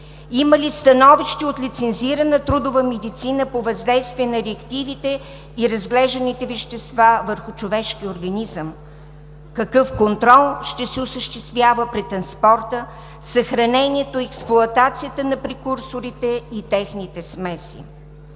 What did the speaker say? Има ли становище от лицензирана трудова медицина по въздействие на реактивите и разглежданите вещества върху човешкия организъм? Какъв контрол ще се осъществява при транспорта, съхранението и експлоатацията на прекурсорите и техните смеси?